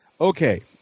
okay